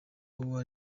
uwo